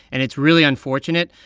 and it's really unfortunate.